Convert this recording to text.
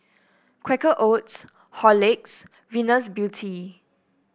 Quaker Oats Horlicks Venus Beauty